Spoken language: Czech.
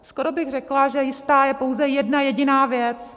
Skoro bych řekla, že jistá je pouze jedna jediná věc.